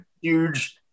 huge